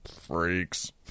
freaks